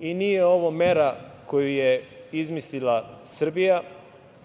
Nije ovo mera koju je izmislila Srbija,